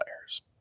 players